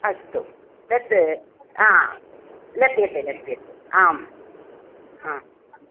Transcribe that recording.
अस्तु तद् हा लभ्यते लभ्यते आं हा